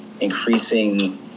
increasing